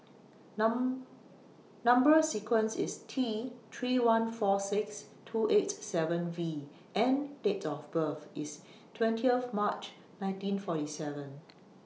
Number sequence IS T three one four six two eight seven V and Date of birth IS twentieth March nineteen forty seven